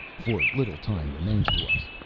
for little time remains to us.